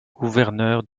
gouverneur